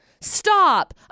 Stop